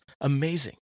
Amazing